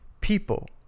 people